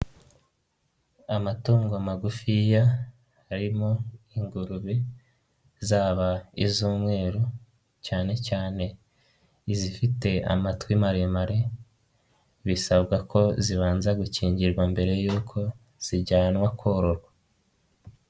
Amatungo magufi ya arimo ingurube zaba iz'umweru cyane cyane izifite amatwi maremare, bisabwa ko zibanza gukingirwa mbere y'uko zijyanwa kororwa.